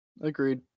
agreed